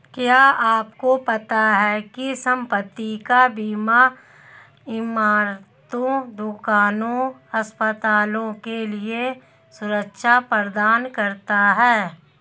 क्या आपको पता है संपत्ति का बीमा इमारतों, दुकानों, अस्पतालों के लिए सुरक्षा प्रदान करता है?